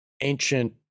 ancient